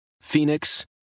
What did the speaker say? Phoenix